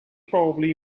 probably